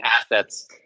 assets